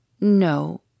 No